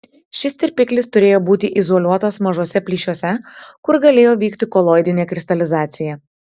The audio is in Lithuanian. šis tirpiklis turėjo būti izoliuotas mažuose plyšiuose kur galėjo vykti koloidinė kristalizacija